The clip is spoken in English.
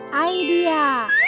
Idea